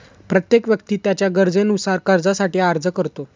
प्रत्येक व्यक्ती त्याच्या गरजेनुसार कर्जासाठी अर्ज करतो